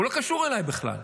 הוא לא קשור אלי בכלל.